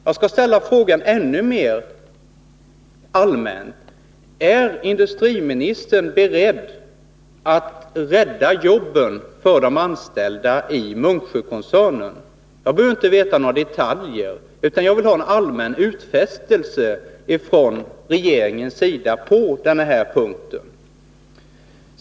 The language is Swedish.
Jag skall ställa frågan ännu mera allmänt: Är industriministern beredd att rädda jobben för de anställda i Munksjökoncernen? Jag behöver inte veta några detaljer, utan jag vill ha en allmän utfästelse från regeringens sida på den punkten.